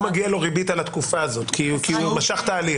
מגיעה לו ריבית על הריבית על התקופה הזאת כי הוא משך את ההליך.